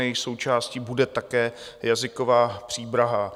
Jejich součástí bude také jazyková příprava.